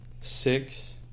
six